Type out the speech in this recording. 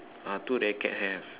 ah two racket have